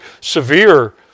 severe